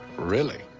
really?